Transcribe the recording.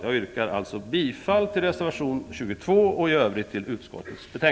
Jag yrkar alltså bifall till reservation